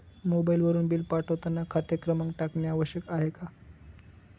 मोबाईलवरून बिल पाठवताना खाते क्रमांक टाकणे आवश्यक आहे का?